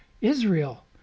Israel